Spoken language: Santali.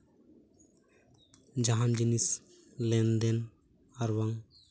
ᱡᱟᱦᱟᱱ ᱡᱤᱱᱤᱥ ᱞᱮᱱᱫᱮᱱ ᱟᱨᱵᱟᱝ